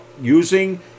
using